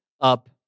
up